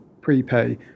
prepay